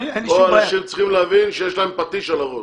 פה אנשים צריכים להבין שיש להם פטיש על הראש,